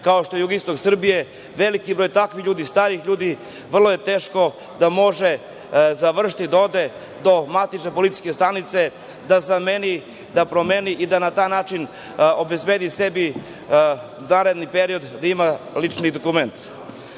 kao što je jugoistok Srbije, veliki broj takvih ljudi, starih ljudi, vrlo je teško da mogu završiti da odu do matične policijske stanice, da zamene, da promene i da na taj način obezbede sebi da u narednom periodu imaju lični dokument. Ja